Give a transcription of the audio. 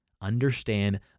Understand